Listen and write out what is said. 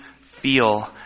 feel